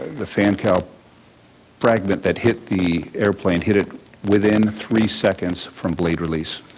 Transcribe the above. the fan cowl fragment that hit the airplane hit it within three seconds from blade release.